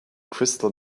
crystal